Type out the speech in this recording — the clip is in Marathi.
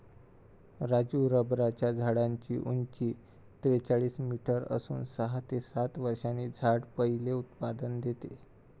राजू रबराच्या झाडाची उंची त्रेचाळीस मीटर असून सहा ते सात वर्षांनी झाड पहिले उत्पादन देते